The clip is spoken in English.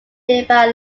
nearby